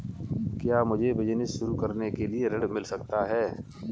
क्या मुझे बिजनेस शुरू करने के लिए ऋण मिल सकता है?